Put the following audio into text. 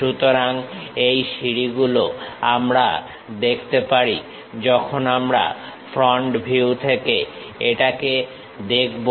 সুতরাং এই সিঁড়িগুলো আমরা দেখতে পারি যখন আমরা ফ্রন্ট ভিউ থেকে এটাকে দেখব